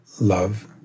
Love